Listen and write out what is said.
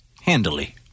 Handily